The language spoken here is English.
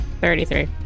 thirty-three